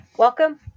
Welcome